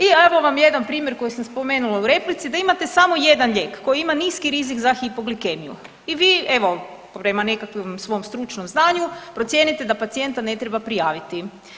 I evo vam jedan primjer koji sam spomenula u replici, da imate samo jedan lijek koji ima niski rizik za hipoglikemiju i vi evo prema nekakvom svom stručnom znanju procijenite da pacijenta ne treba prijaviti.